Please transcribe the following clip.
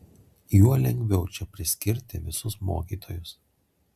juo lengviau čia priskirti visus mokytojus